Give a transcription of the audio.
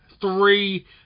three